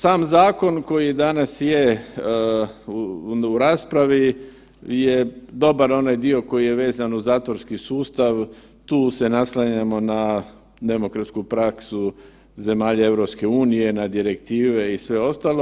Sam zakon koji danas je u raspravi je dobar onaj dio koji je vezan uz zatvorski sustav, tu se naslanjamo na demokratsku praksu zemalja EU, na direktive i sve ostalo.